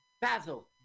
Basil